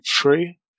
three